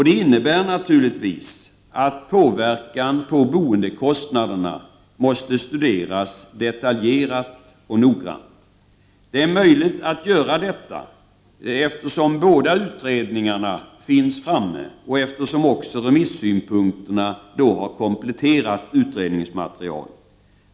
Det innebär naturligtvis att påverkan på boendekostnaderna måste studeras detaljerat och noggrant. Det är möjligt att göra detta eftersom båda utredningarna är framlagda och eftersom även remissynpunkterna då har kompletterat utredningsmaterialet.